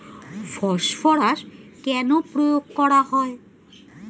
Phosphorus কেন প্রয়োগ করা হয়?